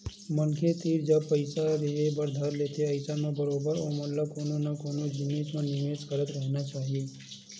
मनखे तीर जब पइसा रेहे बर धरथे अइसन म बरोबर ओमन ल कोनो न कोनो जिनिस म निवेस करत रहिना चाही